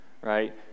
right